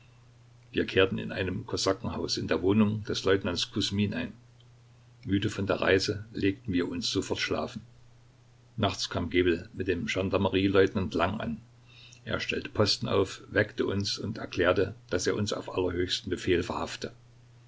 wir kehrten in einem kosakenhause in der wohnung des leutnants kusmin ein müde von der reise legten wir uns sofort schlafen nachts kam gebel mit dem gendarmerie leutnant lang an er stellte posten auf weckte uns und erklärte daß er uns auf allerhöchsten befehl verhafte